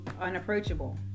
unapproachable